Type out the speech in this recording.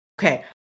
okay